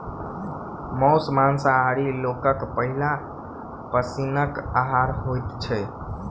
मौस मांसाहारी लोकक पहिल पसीनक आहार होइत छै